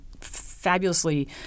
fabulously –